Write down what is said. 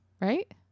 right